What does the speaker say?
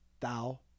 Thou